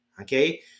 okay